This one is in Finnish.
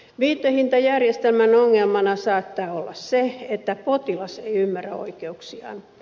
viitehintajärjestelmän ongelmana saattaa olla se että potilas ei ymmärrä oikeuksiaan